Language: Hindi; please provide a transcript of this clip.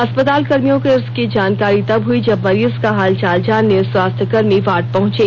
अस्पताल कर्मियों को इसकी जनाकारी तब हुई जब मरीज का हालचाल जानने स्वास्थ्य कर्मी वार्ड पहुंचे